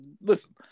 Listen